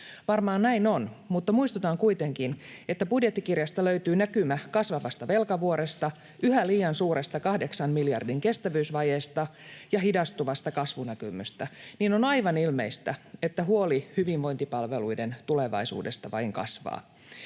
Varmaan näin on, mutta muistutan kuitenkin, että budjettikirjasta löytyy näkymä kasvavasta velkavuoresta, yhä liian suuresta 8 miljardin kestävyysvajeesta ja hidastuvasta kasvunäkymästä. On aivan ilmeistä, että huoli hyvinvointipalveluiden tulevaisuudesta vain kasvaa.